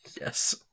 Yes